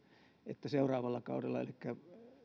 että seuraavalla kaudella elikkä eduskuntakaudella